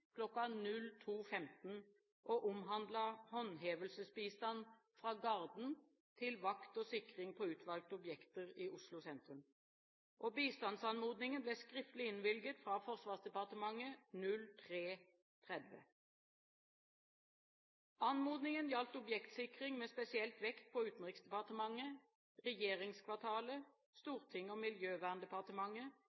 håndhevelsesbistand fra Garden til vakt og sikring på utvalgte objekter i Oslo sentrum. Bistandsanmodningen ble skriftlig innvilget fra Forsvarsdepartementet kl. 03.30. Anmodningen gjaldt objektsikring med spesiell vekt på Utenriksdepartementet, regjeringskvartalet,